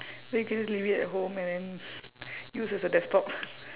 then you can just leave it at home and then use as a desktop